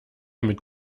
mit